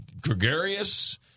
gregarious